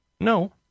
No